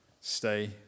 stay